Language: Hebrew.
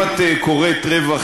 אם את קוראת רווח